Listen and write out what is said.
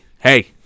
hey